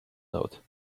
note